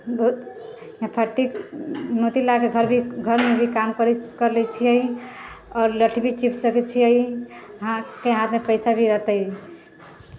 बहुत फैक्टरी मोती लाके घर भी घरमे भी काम कऽ लै छियै आओर हाथके हाथमे पैसा भी रहतै